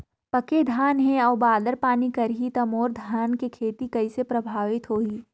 पके धान हे अउ बादर पानी करही त मोर धान के खेती कइसे प्रभावित होही?